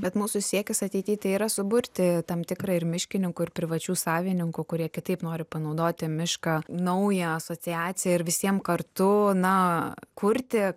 bet mūsų siekis ateity tai yra suburti tam tikrą ir miškininkų ir privačių savininkų kurie kitaip nori panaudoti mišką naują asociaciją ir visiem kartu na kurti